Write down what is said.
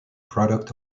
product